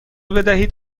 بدهید